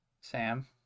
Sam